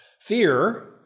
Fear